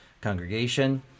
congregation